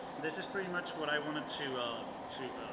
this is pretty much what i wanted to um to